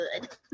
good